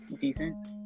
decent